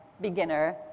beginner